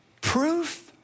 proof